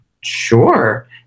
sure